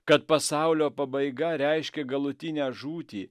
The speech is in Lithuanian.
kad pasaulio pabaiga reiškia galutinę žūtį